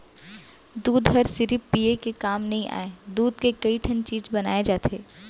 दूद हर सिरिफ पिये के काम नइ आय, दूद के कइ ठन चीज बनाए जाथे